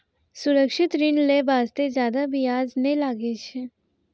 सुरक्षित ऋण लै बास्ते जादा बियाज नै लागै छै